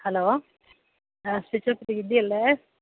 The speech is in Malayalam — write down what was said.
ഹലോ ടീച്ചർ ശ്രീജ അല്ലേ